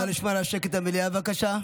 נא לשמור על שקט במליאה בבקשה.